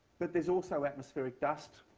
but there's also atmospheric dust,